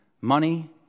money